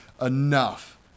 enough